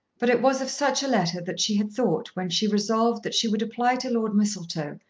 but it was of such a letter that she had thought when she resolved that she would apply to lord mistletoe,